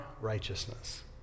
righteousness